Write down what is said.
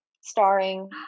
starring